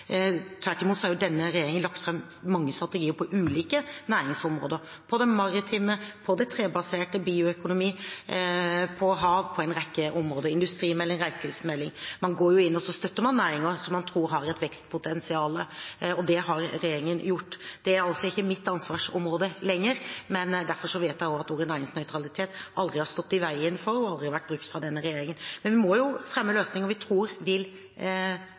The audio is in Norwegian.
Tvert imot har jo denne regjeringen lagt fram mange strategier på ulike næringsområder – på det maritime, på det trebaserte, på bioøkonomi, på hav og på en rekke områder – med en industrimelding og en reiselivsmelding. Man går inn og støtter næringer man tror har et vekstpotensial. Det har regjeringen gjort. Dette er ikke mitt ansvarsområde lenger, men derfor vet jeg også at ordet «næringsnøytralitet» aldri har stått i veien for dette og aldri har vært brukt av denne regjeringen. Men vi må jo fremme løsninger vi tror vil